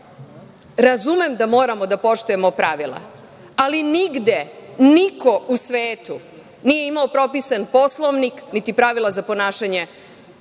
Razumem da moramo da poštujemo pravila, ali nigde, niko u svetu nije imao propisan Poslovnik, niti pravila za ponašanje